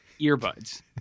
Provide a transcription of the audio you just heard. earbuds